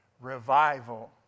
revival